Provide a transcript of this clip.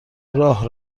راه